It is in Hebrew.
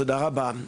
תודה רבה.